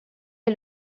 est